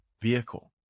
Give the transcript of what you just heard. vehicle